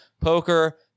Poker